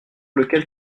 lequel